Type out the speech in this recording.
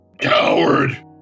Coward